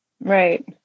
Right